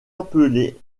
appelés